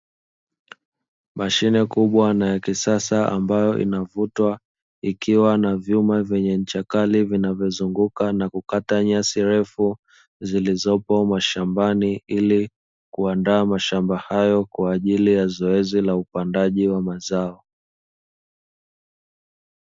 Mashine kubwa na ya kisasa ambayo inavutwa, ikiwa na vyuma vyenye ncha kali vinavyozunguka na kukata nyasi refu, zilizopo mashambani, ili kuandaa mashamba hayo kwa ajili ya zoezi la upandaji wa mazao.